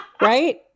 Right